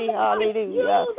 hallelujah